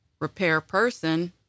repairperson